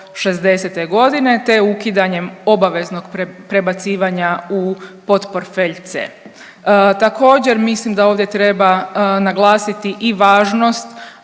60 godine, te ukidanjem obaveznog prebacivanja u potportfelj C. Također, mislim da ovdje treba naglasiti i važnost